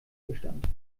bestand